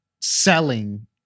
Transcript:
selling